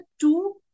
two